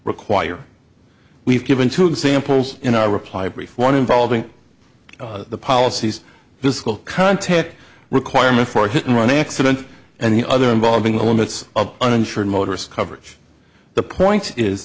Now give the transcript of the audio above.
require we've given two examples in our reply brief one involving the policies physical contact requirement for hit and run accident and the other involving the limits of uninsured motorist coverage the point is